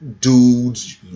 dudes